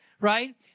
right